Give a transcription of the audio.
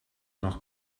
nach